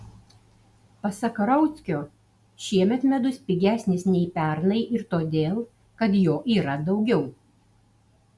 pasak rauckio šiemet medus pigesnis nei pernai ir todėl kad jo yra daugiau